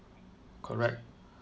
correct